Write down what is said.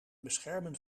beschermen